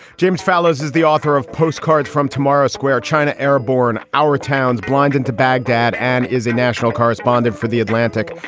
james fallows is the author of postcards from tomorrow square, china airborne. our town's blind into baghdad and is a national correspondent for the atlantic.